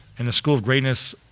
and the school of greatness,